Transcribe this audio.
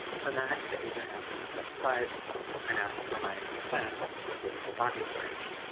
so next the agent asks me to step aside and asks for my consent to a physical body search.